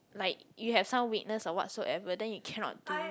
like you have some weakness or what so ever then you cannot do